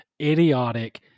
idiotic